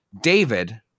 David